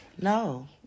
no